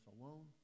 alone